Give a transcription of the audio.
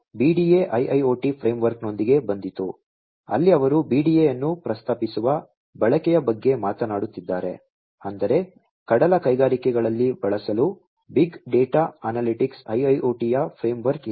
BDA IIoT ಫ್ರೇಮ್ವರ್ಕ್ನೊಂದಿಗೆ ಬಂದಿತು ಅಲ್ಲಿ ಅವರು BDA ಅನ್ನು ಪ್ರಸ್ತಾಪಿಸುವ ಬಳಕೆಯ ಬಗ್ಗೆ ಮಾತನಾಡುತ್ತಿದ್ದಾರೆ ಅಂದರೆ ಕಡಲ ಕೈಗಾರಿಕೆಗಳಲ್ಲಿ ಬಳಸಲು big data analytics IIoT framework ಇದೆ